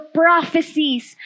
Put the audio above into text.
prophecies